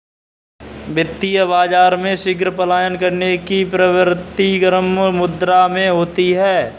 वित्तीय बाजार में शीघ्र पलायन करने की प्रवृत्ति गर्म मुद्रा में होती है